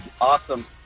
awesome